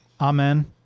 Amen